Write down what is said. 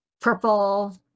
purple